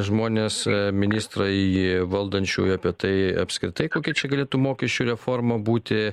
žmonės ministrai valdančiųjų apie tai apskritai kokia čia galėtų mokesčių reforma būti